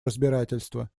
разбирательства